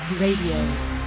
Radio